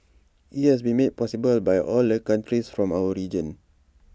IT has been made possible by all the countries from our region